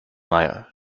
meier